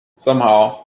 somehow